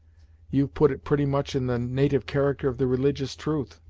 you've put it pretty much in the natyve character of the religious truth.